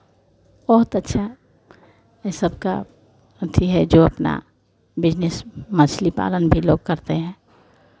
बहुत अच्छा ये सबका अथि है जो अपना बिज़नेस मछली पालन भी लोग करते हैं